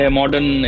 modern